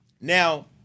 Now